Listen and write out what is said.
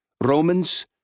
Romans